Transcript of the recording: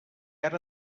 ara